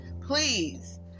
please